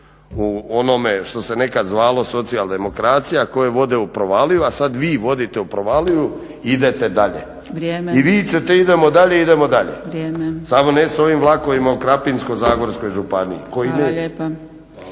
u onome što se nekad zvalo socijaldemokracija koje vode u provaliju, a sad vi vodite u provaliju i idete dalje i vičete idemo dalje, idemo dalje, samo ne s ovim vlakovima u Krapinsko-zagorskoj županiji